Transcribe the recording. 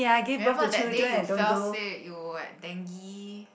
remember that day you fell sick you what dengue